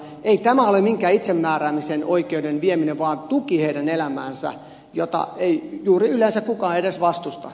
ei tämä ole minkään itsemääräämisoikeuden vieminen vaan tuki heidän elämäänsä jota ei juuri yleensä kukaan edes vastusta